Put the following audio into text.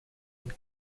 and